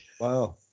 Wow